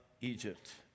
Egypt